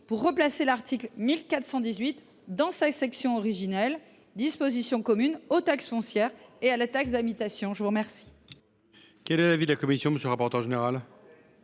pour replacer l’article 1418 dans sa section originelle, « Dispositions communes aux taxes foncières et à la taxe d’habitation ». Très bien